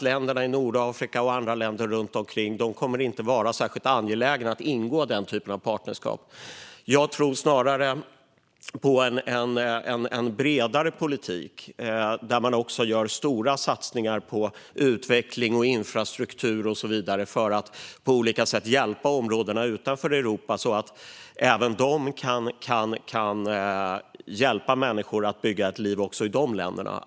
Länderna i Nordafrika och andra länder runt omkring kommer inte att vara särskilt angelägna om att ingå den typen av partnerskap. Jag tror snarare på en bredare politik med stora satsningar på utveckling, infrastruktur och så vidare för att på olika sätt hjälpa områdena utanför Europa så att de kan hjälpa människor att bygga ett liv också i de länderna.